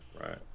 Right